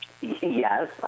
Yes